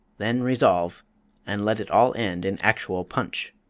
then resolve and let it all end in actual punch.